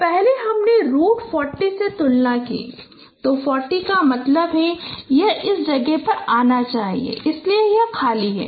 तो पहले हमने रूट 40 से तुलना की तो 40 का मतलब है कि यह इस जगह पर आना चाहिए इसलिए यह खाली है